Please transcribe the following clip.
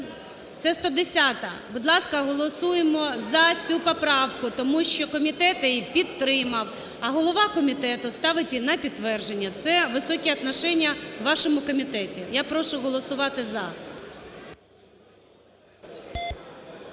Це 110-а. Будь ласка, голосуємо за цю поправку, тому що комітет її підтримав, а голова комітету ставить її на підтвердження – це "високие отношения" у вашому комітеті. Я прошу голосувати "за".